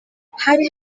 hari